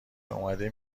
اومده